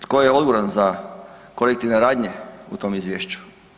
Tko je odgovoran za korektivne radnje u tom izvješću?